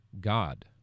god